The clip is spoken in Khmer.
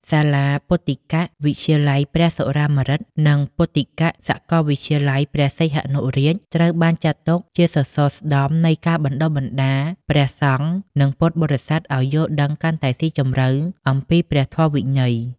សាលាពុទ្ធិកវិទ្យាល័យព្រះសុរាម្រិត និងពុទ្ធិកសាកលវិទ្យាល័យព្រះសីហនុរាជ ត្រូវបានចាត់ទុកជាសសរស្តម្ភនៃការបណ្តុះបណ្តាលព្រះសង្ឃ និងពុទ្ធបរិស័ទឱ្យយល់ដឹងកាន់តែស៊ីជម្រៅអំពីព្រះធម៌វិន័យ។